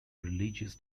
religious